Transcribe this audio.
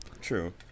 True